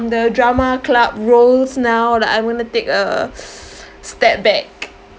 the drama club roles now like I'm gonna take a step back